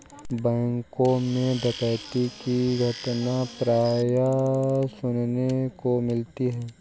बैंकों मैं डकैती की घटना प्राय सुनने को मिलती है